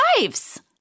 lives